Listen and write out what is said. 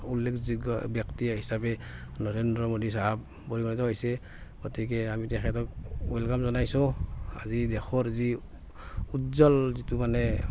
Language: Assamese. উল্লেখযোগ্য ব্যক্তি হিচাপে নৰেন্দ্ৰ মোদি চাহাব পৰিগণিত হৈছে গতিকে আমি তেখেতক ওৱেলকাম জনাইছো আজি দেশৰ যি উজ্জল যিটো মানে